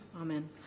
Amen